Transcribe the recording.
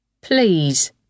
Please